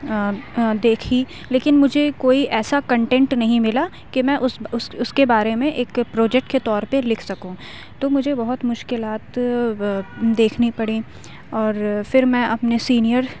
دیکھی لیکن مجھے کوئی ایسا کنٹینٹ نہیں ملا کہ میں اس اس اس کے بارے میں ایک پروجیکٹ کے طور پہ لکھ سکوں تو مجھے بہت مشکلات دیکھنی پڑی اور پھر میں اپنے سینئر